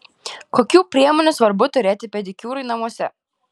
kokių priemonių svarbu turėti pedikiūrui namuose